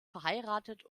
verheiratet